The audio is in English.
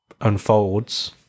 unfolds